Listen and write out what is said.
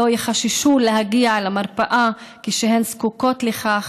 לא יחששו להגיע למרפאה כשהן זקוקות לכך,